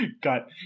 got